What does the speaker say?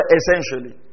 essentially